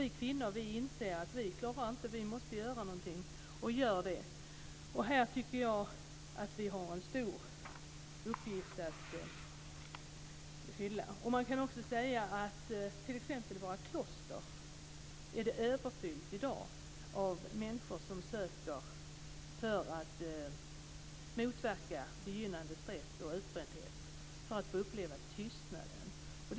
Vi kvinnor inser att vi måste göra någonting, och gör det. Här tycker jag att vi har en stor uppgift att fylla. I t.ex. våra kloster är det i dag överfullt av människor som söker för att motverka begynnande stress och utbrändhet och för att få uppleva tystnaden.